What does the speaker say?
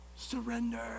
Surrender